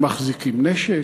הם מחזיקים נשק,